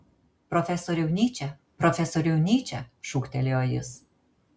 profesoriau nyče profesoriau nyče šūktelėjo jis